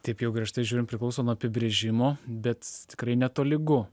taip jau griežtai žiūrim priklauso nuo apibrėžimo bet tikrai netolygu